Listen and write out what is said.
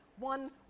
One